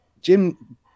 Jim